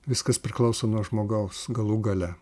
viskas priklauso nuo žmogaus galų gale